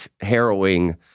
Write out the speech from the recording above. harrowing